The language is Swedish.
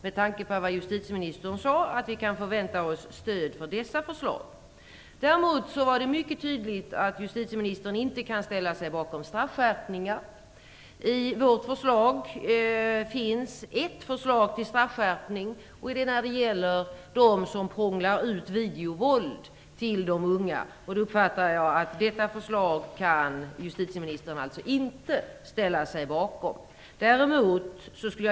Med tanke på vad justitieministern sade utgår jag från att vi kan förvänta oss stöd för dessa förslag. Däremot är det mycket tydligt att justitieministern inte kan ställa sig bakom straffskärpningar. Vårt förslag innebär en straffskärpning när det gäller dem som prånglar ut videovåld till de unga. Jag uppfattar att justitieministern inte kan ställa sig bakom detta förslag.